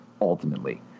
ultimately